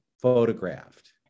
photographed